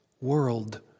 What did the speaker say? world